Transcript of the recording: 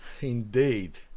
Indeed